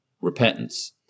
repentance